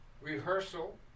rehearsal